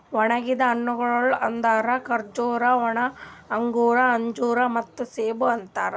ಒಣುಗಿದ್ ಹಣ್ಣಗೊಳ್ ಅಂದುರ್ ಖಜೂರಿ, ಒಣ ಅಂಗೂರ, ಅಂಜೂರ ಮತ್ತ ಸೇಬು ಅಂತಾರ್